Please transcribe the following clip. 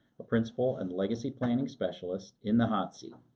a principal and legacy planning specialist in the hot seat.